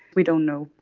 we don't know.